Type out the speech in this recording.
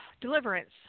Deliverance